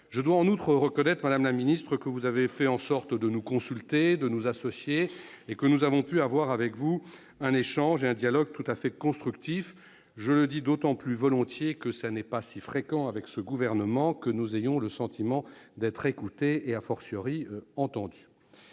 Je dois admettre en outre, madame la ministre, que vous avez fait en sorte de nous consulter, de nous associer et que nous avons pu avoir avec vous un dialogue tout à fait constructif. Je le dis d'autant plus volontiers qu'il n'est pas si fréquent avec ce gouvernement que nous ayons le sentiment d'être écoutés, entendus.